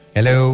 Hello